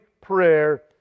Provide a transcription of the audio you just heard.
prayer